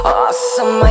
awesome